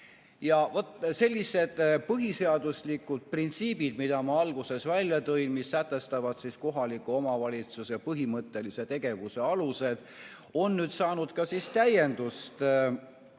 Sellised põhiseaduslikud printsiibid, mida ma alguses välja tõin, mis sätestavad kohaliku omavalitsuse põhimõttelise tegevuse alused, on nüüd saanud ka täiendust